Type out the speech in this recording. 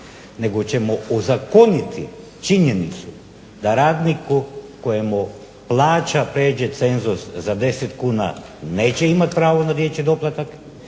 nego ćemo ozakoniti činjenicu da radniku kojemu plaća prijeđe cenzus od 10 kuna neće imati pravo na dječji doplatak,